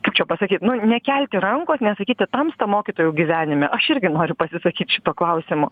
kaip čia pasakyt nu nekelti rankos nesakyti tamsta mokytojau gyvenime aš irgi noriu pasisakyt šituo klausimu